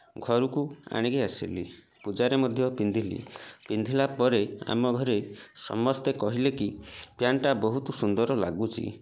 ଘରକୁ ଆଣିକି ଆସିଲି ପୂଜାରେ ମଧ୍ୟ ପିନ୍ଧିଲି ପିନ୍ଧିଲା ପରେ ଆମ ଘରେ ସମସ୍ତେ କହିଲେ କି ପ୍ୟାଣ୍ଟ୍ଟା ବହୁତ ସୁନ୍ଦର ଲାଗୁଛି